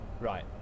Right